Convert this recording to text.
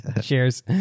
cheers